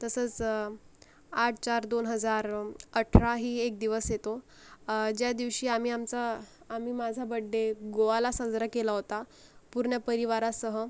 तसंच आठ चार दोन हजारअठरा ही एक दिवस येतो ज्यादिवशी आम्ही आमचा आम्ही माझा बर्थ डे गोव्याला साजरा केला होता पूर्ण परिवारासह